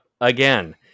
Again